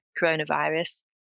coronavirus